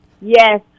yes